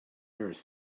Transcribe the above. earth